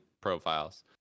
profiles